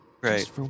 Right